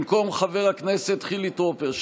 במקום חבר הכנסת חילי טרופר,